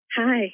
Hi